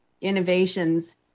innovations